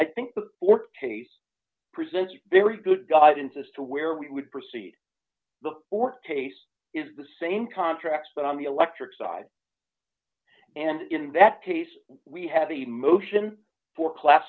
i think the court case presents very good guidance as to where we would proceed or pace is the same contract but on the electric side and in that case we have the motion for class